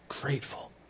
grateful